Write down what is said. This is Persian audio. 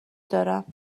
دارم